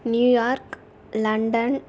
New York London